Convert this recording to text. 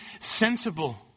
sensible